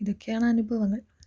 ഇതൊക്കെയാണ് അനുഭവങ്ങൾ